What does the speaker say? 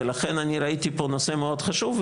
ולכן אני ראיתי פה נושא מאוד חשוב,